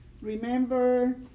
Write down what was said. remember